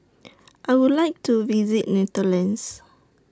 I Would like to visit Netherlands